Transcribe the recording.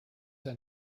ein